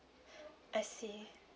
I see